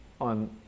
on